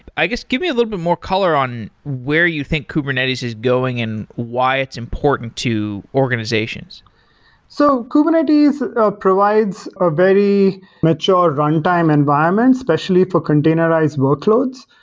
i guess, give me a little bit more color on where you think kubernetes is going and why it's important to organizations so kubernetes ah provides a very mature runtime environment, especially for containerized workloads.